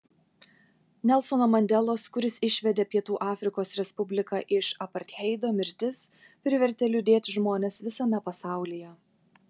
nelsono mandelos kuris išvedė pietų afriko respubliką iš apartheido mirtis privertė liūdėti žmones visame pasaulyje